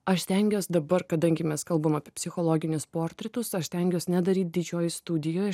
aš stengiuos dabar kadangi mes kalbam apie psichologinius portretus aš stengiuos nedaryt didžiojoj studijoj